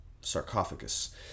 sarcophagus